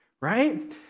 right